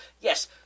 Yes